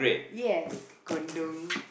yes gundu